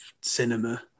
cinema